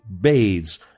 bathes